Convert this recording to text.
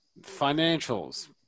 financials